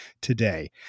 today